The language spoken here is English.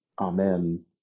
Amen